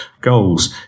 goals